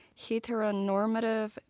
heteronormative